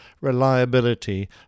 reliability